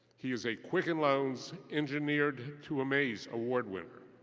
he is a quicken loans engineer to amaze award winner.